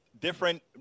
different